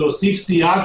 להוסיף סייג,